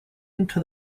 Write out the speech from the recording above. into